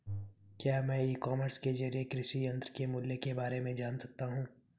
क्या मैं e commerce के ज़रिए कृषि यंत्र के मूल्य में बारे में जान सकता हूँ?